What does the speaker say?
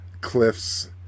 Cliff's